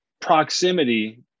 proximity